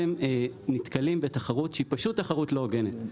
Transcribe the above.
והבינוניים שנתקלים בתחרות שהיא פשוט תחרות לא הוגנת.